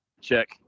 check